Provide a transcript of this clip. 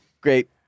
great